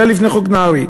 זה היה לפני חוק נהרי.